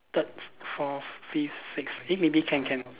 third fourth fifth sixth eh maybe can can